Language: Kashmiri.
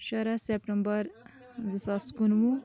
شَراہ سیٚپٹمبر زٕ ساس کُنہٕ وُہ